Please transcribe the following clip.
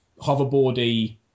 hoverboardy